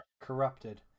corrupted